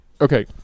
Okay